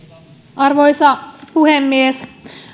arvoisa puhemies